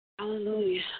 Hallelujah